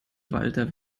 walter